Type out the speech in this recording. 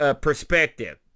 perspective